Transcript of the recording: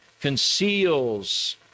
conceals